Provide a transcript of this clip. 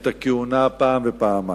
את הכהונה פעם ופעמיים.